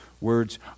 words